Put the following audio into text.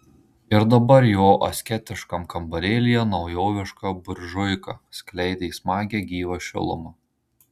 ir dabar jo asketiškam kambarėlyje naujoviška buržuika skleidė smagią gyvą šilumą